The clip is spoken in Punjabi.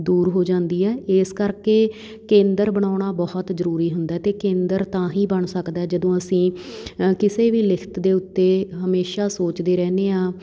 ਦੂਰ ਹੋ ਜਾਂਦੀ ਹੈ ਇਸ ਕਰਕੇ ਕੇਂਦਰ ਬਣਾਉਣਾ ਬਹੁਤ ਜ਼ਰੂਰੀ ਹੁੰਦਾ ਅਤੇ ਕੇਂਦਰ ਤਾਂ ਹੀ ਬਣ ਸਕਦਾ ਜਦੋਂ ਅਸੀਂ ਕਿਸੇ ਵੀ ਲਿਖਤ ਦੇ ਉੱਤੇ ਹਮੇਸ਼ਾ ਸੋਚਦੇ ਰਹਿੰਦੇ ਹਾਂ